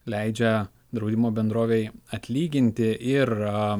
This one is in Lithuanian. leidžia draudimo bendrovei atlyginti ir